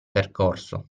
percorso